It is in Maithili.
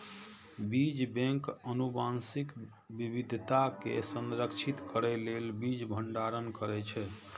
बीज बैंक आनुवंशिक विविधता कें संरक्षित करै लेल बीज भंडारण करै छै